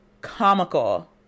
comical